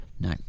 no